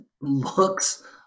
looks